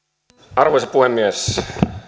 arvoisa puhemies